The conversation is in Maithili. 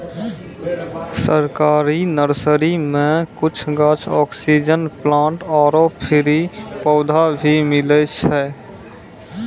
सरकारी नर्सरी मॅ कुछ गाछ, ऑक्सीजन प्लांट आरो फ्री पौधा भी मिलै छै